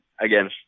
again